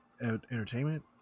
entertainment